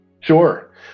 Sure